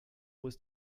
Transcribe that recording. was